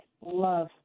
love